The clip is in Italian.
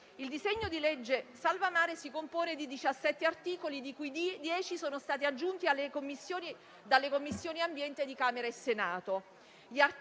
Il disegno di legge salva mare si compone di 17 articoli, di cui 10 sono stati aggiunti dalle Commissioni ambiente di Camera e Senato.